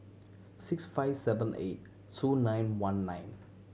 six five seven eight two nine one nine